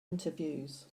interviews